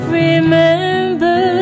remember